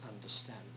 understand